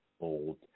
old